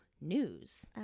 news